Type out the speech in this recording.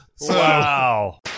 Wow